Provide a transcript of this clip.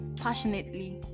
passionately